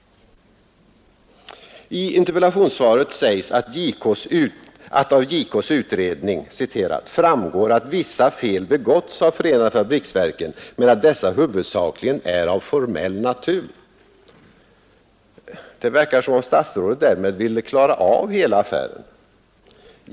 I interpellationssvaret sägs att av JK:s utredning ”framgår att vissa fel begåtts av förenade fabriksverken men att dessa huvudsakligen är av formell natur”. Det verkar som om statsrådet därmed ville klara av hela affären.